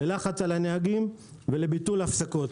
ללחץ על הנהגים ולביטול הפסקות.